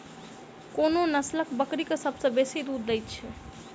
कोन नसलक बकरी सबसँ बेसी दूध देइत अछि?